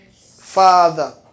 Father